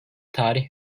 tarih